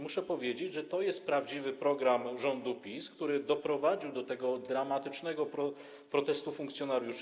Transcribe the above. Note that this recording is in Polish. Muszę powiedzieć, że to jest prawdziwy program rządu PiS, który doprowadził do tego dramatycznego protestu funkcjonariuszy.